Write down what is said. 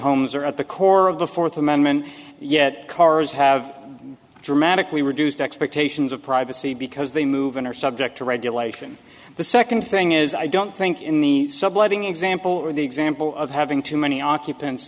homes are at the core of the fourth amendment yet cars have dramatically reduced expectations of privacy because they move and are subject to regulation the second thing is i don't think in the subletting example or the example of having too many occupants